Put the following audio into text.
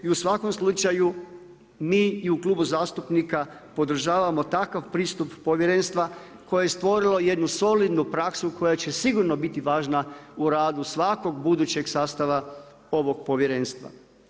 I u svakom slučaju mi i u klubu zastupnika podržavamo takav pristup povjerenstva koje je stvorilo jednu solidnu praksu koja će sigurno biti važna u radu svakog budućeg sastava ovog povjerenstva.